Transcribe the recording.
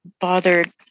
bothered